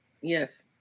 Yes